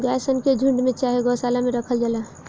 गाय सन के झुण्ड में चाहे गौशाला में राखल जाला